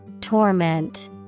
Torment